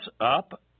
up